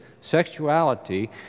sexuality